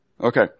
Okay